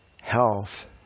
health